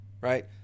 right